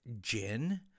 gin